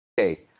okay